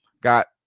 got